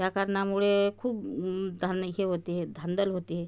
त्या कारणामुळे खूप धान हे होते धांदल होते